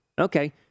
Okay